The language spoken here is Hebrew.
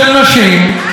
של נשים,